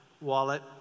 wallet